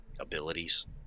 abilities